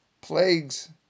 plagues